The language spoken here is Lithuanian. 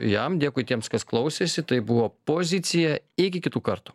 jam dėkui tiems kas klausėsi tai buvo pozicija iki kitų kartų